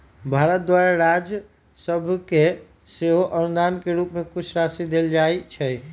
भारत द्वारा राज सभके सेहो अनुदान के रूप में कुछ राशि देल जाइ छइ